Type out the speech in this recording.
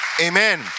Amen